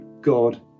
god